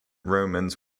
romans